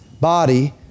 body